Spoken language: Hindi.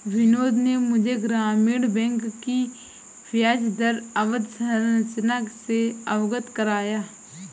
बिनोद ने मुझे ग्रामीण बैंक की ब्याजदर अवधि संरचना से अवगत कराया